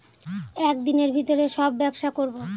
এক দিনের ভিতরে সব ব্যবসা করবো